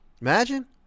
Imagine